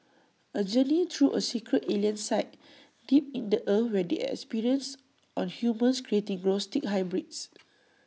A journey through A secret alien site deep in the earth where they experience on humans creating grotesque hybrids